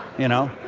you know,